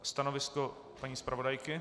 Stanovisko paní zpravodajky?